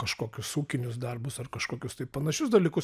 kažkokius ūkinius darbus ar kažkokius tai panašius dalykus